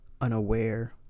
unaware